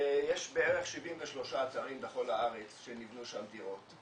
יש בערך 73 אתרים בכל הארץ שנבנו שם דירות.